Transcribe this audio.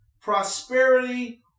prosperity